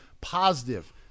positive